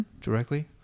Directly